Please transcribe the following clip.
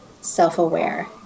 self-aware